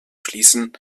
schließen